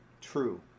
True